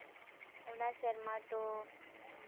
ᱚᱱᱟ ᱥᱮᱨᱢᱟ ᱫᱚ